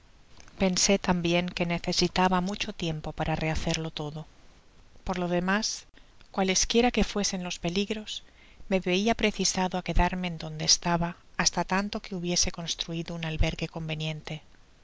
pensé tambien que necesitaba mucho tiempo para rehacerlo todo por lo demas cualesquiera que fuesen los peligros me veia precisado á quedarme en donde estaba basta tanto que hubiese construido un albergue conveniente